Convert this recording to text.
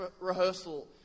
rehearsal